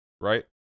right